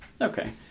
Okay